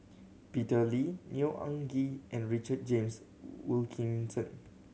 Peter Lee Neo Anngee and Richard James Wilkinson